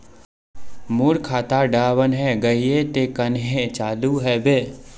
मोर खाता डा बन है गहिये ते कन्हे चालू हैबे?